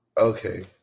Okay